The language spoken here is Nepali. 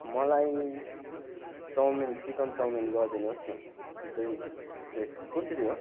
मलाई चौमिन चिकन चौमिन गरिदिनुहोस् न दुई प्लेट कसरि हो